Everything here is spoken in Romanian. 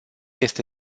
este